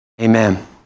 Amen